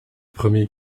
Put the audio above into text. premier